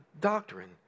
doctrine